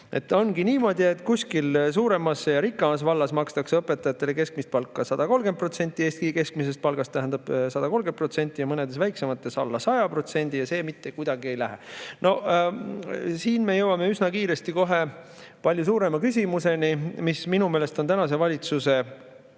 Ongi niimoodi, et kuskil suuremas ja rikkamas vallas makstakse õpetajatele keskmist palka 130% Eesti keskmisest palgast ja mõnedes väiksemates alla 100%, ja see mitte kuidagi ei lähe. Siin me jõuame üsna kiiresti kohe palju suurema küsimuseni, mis minu meelest on tänase valitsuse,